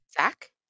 Zach